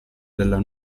della